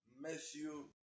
Matthew